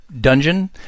dungeon